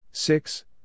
Six